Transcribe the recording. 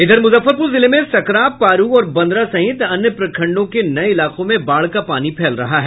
इधर मुजफ्फरपुर जिले में सकरा पारू और बंदरा सहित अन्य प्रखंडों के नये इलाकों में बाढ़ का पानी फैल रहा है